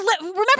remember